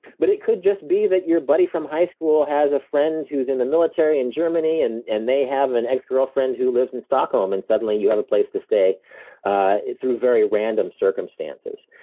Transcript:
but it could just be that your buddy from high school has a friend who's in the military in germany, and and they have an ex-girlfriend who lives in stockholm, and suddenly you have a place to stay ah through very random circumstances.